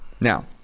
now